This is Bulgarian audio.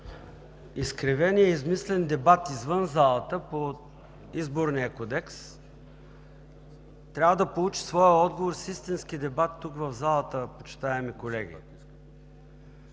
изкривеният и измислен дебат извън залата по Изборния кодекс трябва да получи своя отговор с истински дебат тук, в залата, почитаеми колеги.